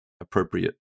appropriate